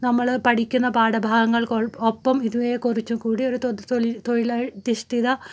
നമ്മൾ പഠിക്കുന്ന പാഠഭാഗങ്ങൾ ഒപ്പം ഇവയെക്കുറിച്ചും കൂടി ഒരു തൊഴിലതിഷ്ഠിത